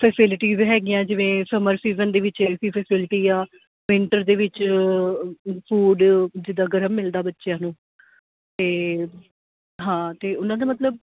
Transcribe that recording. facilities ਹੈਗੀਆਂ ਜਿਵੇਂ summer season ਦੇ ਵਿੱਚ ਏ ਸੀ ਫੈਸਿਲਿਟੀ ਆ ਵਿੰਟਰ ਦੇ ਵਿੱਚ ਫੂਡ ਜਿੱਦਾਂ ਗਰਮ ਮਿਲਦਾ ਬੱਚਿਆਂ ਨੂੰ ਅਤੇ ਹਾਂ ਅਤੇ ਉਹਨਾਂ ਦਾ ਮਤਲਬ